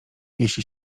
jeżeli